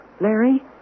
Larry